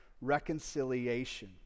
reconciliation